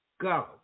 Go